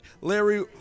Larry